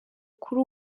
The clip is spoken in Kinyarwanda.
kuri